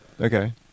okay